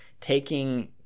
taking